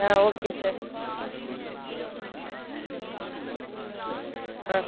ஆ okay sir ஆ